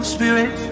Spirit